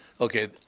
Okay